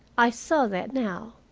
i saw that now.